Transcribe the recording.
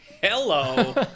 Hello